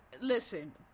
listen